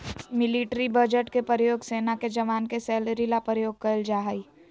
military budget के प्रयोग सेना के जवान के सैलरी ला प्रयोग कइल जाहई